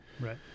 right